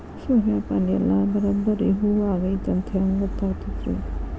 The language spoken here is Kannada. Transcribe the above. ಸೂರ್ಯಪಾನ ಎಲ್ಲ ಬರಬ್ಬರಿ ಹೂ ಆಗೈತಿ ಅಂತ ಹೆಂಗ್ ಗೊತ್ತಾಗತೈತ್ರಿ?